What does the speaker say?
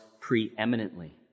preeminently